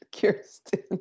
Kirsten